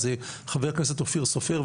אז חבר הכנסת אופיר סופר,